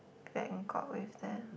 Bangkok with them